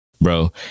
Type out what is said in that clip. bro